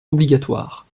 obligatoire